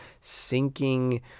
sinking